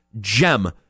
gem